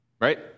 right